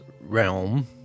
realm